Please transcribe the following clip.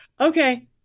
Okay